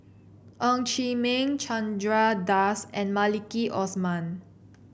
Ng Chee Meng Chandra Das and Maliki Osman